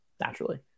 naturally